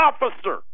officer